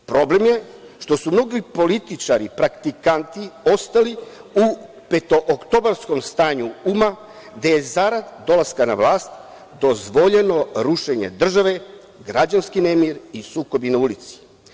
Problem je što su mnogi političari, praktikanti ostali u petooktobarskom stanju uma gde je zarad dolaska na vlast dozvoljeno rušenje države, građanski nemir i sukobi na ulici.